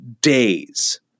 days